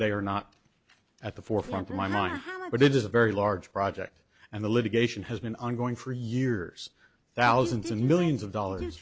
they are not at the forefront of my my how but it is a very large project and the litigation has been ongoing for years thousands and millions of dollars